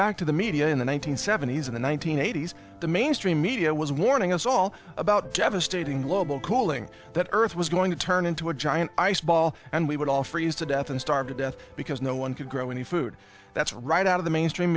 back to the media in the one nine hundred seventy s in the one nine hundred eighty s the mainstream media was warning us all about devastating global cooling that earth was going to turn into a giant ice ball and we would all freeze to death and starve to death because no one could grow any food that's right out of the mainstream